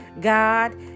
god